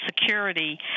security